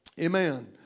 Amen